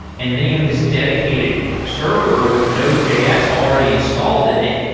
and then you have this dedicated server with node js already installed in it.